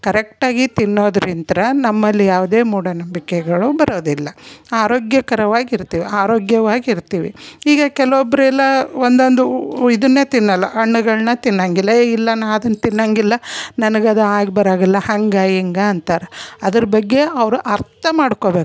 ಕರೆಕ್ಟಾಗಿ ತಿನ್ನೋದ್ರಿಂತ ನಮ್ಮಲ್ಲಿ ಯಾವುದೇ ಮೂಢನಂಬಿಕೆಗಳು ಬರೋದಿಲ್ಲ ಆರೋಗ್ಯಕರವಾಗಿರ್ತೇವೆ ಆರೋಗ್ಯವಾಗಿರ್ತೀವಿ ಈಗ ಕೆಲವೊಬ್ರು ಎಲ್ಲ ಒಂದೊಂದು ಊ ಇದನ್ನೇ ತಿನ್ನಲ್ಲ ಹಣ್ಗಳ್ನ ತಿನ್ನಂಗಿಲ್ಲ ಏ ಇಲ್ಲ ನಾ ಅದನ್ನು ತಿನ್ನಂಗಿಲ್ಲ ನನ್ಗೆ ಅದು ಆಗಿ ಬರಾಗಿಲ್ಲ ಹಂಗೆ ಹಿಂಗೆ ಅಂತಾರ್ ಅದ್ರ ಬಗ್ಗೆ ಅವ್ರು ಅರ್ಥ ಮಾಡ್ಕೊಬೇಕು